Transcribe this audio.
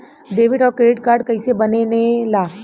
Debit और credit card कईसे बने ने ला?